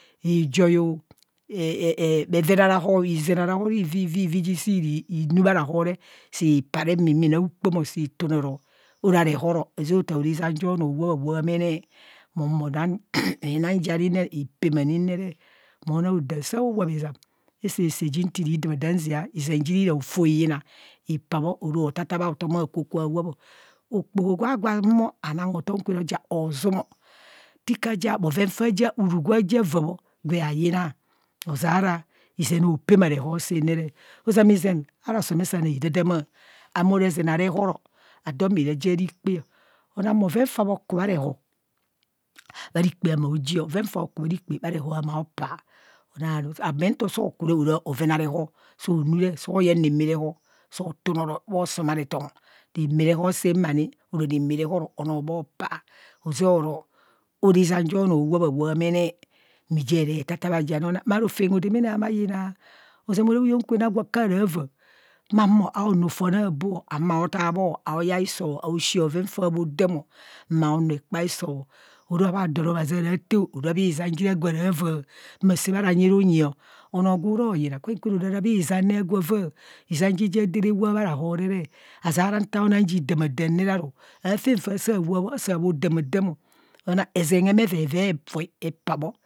Ijaé o, bheven ara hor, izen ara ivivi ji sii nuu bha ra hor re, sii paa re mi nang ukpomọ sii tun iro, ora re họ rọ, ho ze ota oro ora izam jo onọọ owap a wap mene mo humo enang ji ani re ipema nim re re mo nang odam sao wap izam asạạ ji nti re damadam nzia izen ji ira hofo hiyina ipabho oro katapaa hotom aakwo kwa wap ọ. Okpoho gwa gwo ahuma kwe oja ọọzum nti ke ja, bhoven faa ja uruu gwạ ja vaa bho gwe hayina oze ara, izen oopema rehọ san nere ozama izen ara osome sane hi dadamaa. ame ora ezen a re họrọ adom arạạ ja rikpạ onang bhoven fa bho ku bha rehọ, bha rikpạ amaoji bhoven fa oku bha rikpa, bha rehe amao paa onaru ame nto soa ku re ora bhoven aare họ so nuu re so yeng rạmạ re ho saamani, ora rạmạ re họrọ onọọ bho hopạạ, hoza oro ora izam jo onọọ owap a wop mene, miu jieng ere tatapaa ji ani onang maa rofem hodamana hama yina, ozama ora huyang kwen ne gwa kaarava ma humo aanuu fon abo, ahumo aota bho, aaya hiso, aoshi bhoven fa bhodamọ maa aonuu ekpa iso, ora bha don obhazi ara taao, ara bhizam ji re agwa rạ vạạ ma saa bho ara nyi ru nyi ọ onọọ gworo yina, kwen kwen orara bhizam re a gw vạạ izam ji ja ado rawap bha ra họ re re azara nta aonang ji damadam re aru aafen fa saa wap bho asạạ bho dama damo onong ezen heme veve voi epabho.